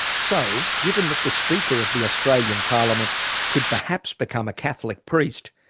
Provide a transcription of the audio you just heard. so, given that the speaker of the australian parliament could perhaps become a catholic priest,